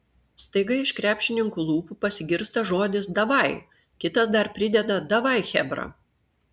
staiga iš krepšininkų lūpų pasigirsta žodis davai kitas dar prideda davai chebra